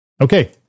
Okay